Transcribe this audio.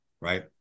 right